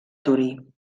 torí